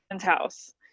house